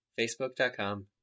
Facebook.com